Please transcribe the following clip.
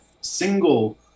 single